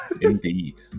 indeed